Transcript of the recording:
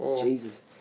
Jesus